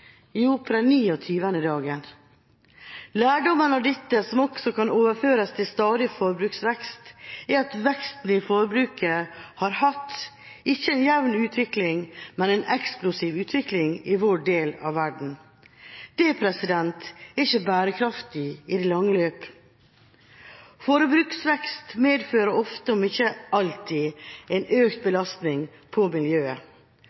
den 29. dagen. Lærdommen av dette, som også kan overføres til stadig forbruksvekst, er at veksten i forbruket har hatt ikke en jevn utvikling, men en eksplosiv utvikling i vår del av verden. Det er ikke bærekraftig i det lange løp. Forbruksvekst medfører ofte, om ikke alltid, en økt belastning på miljøet,